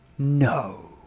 No